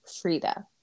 Frida